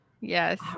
Yes